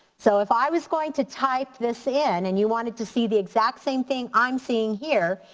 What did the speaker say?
so if i was going to type this in and you wanted to see the exact same thing i'm seeing here,